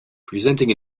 presenting